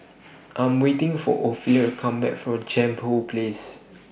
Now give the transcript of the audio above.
I'm waiting For Ophelia Come Back from Jambol Place